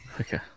Okay